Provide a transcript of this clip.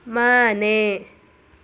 ಮನೆ